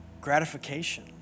gratification